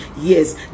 yes